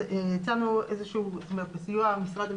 הצענו בסיוע משרד המשפטים,